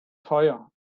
teuer